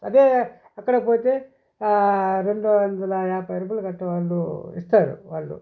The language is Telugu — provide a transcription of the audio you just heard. అదే అక్కడికి పోతే రెండు వందల యాభై రూపాయలకి అట్లా వాళ్ళు ఇస్తారు వాళ్ళు